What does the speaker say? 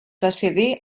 decidí